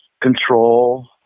control